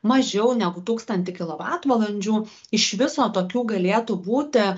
mažiau negu tūkstantį kilovatvalandžių iš viso tokių galėtų būti